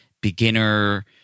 beginner